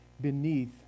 beneath